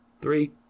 Three